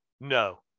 No